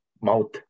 mouth